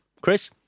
Chris